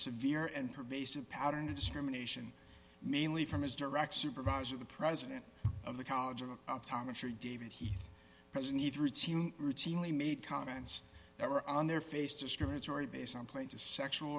persevere and pervasive pattern of discrimination mainly from his direct supervisor the president of the college of optometry david he present routinely made comments that were on their face discriminatory based on plates of sexual